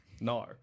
No